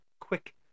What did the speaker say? quick